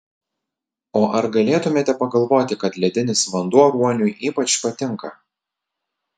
o ar galėtumėte pagalvoti kad ledinis vanduo ruoniui ypač patinka